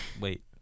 Wait